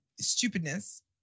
stupidness